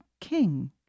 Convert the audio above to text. king